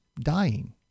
dying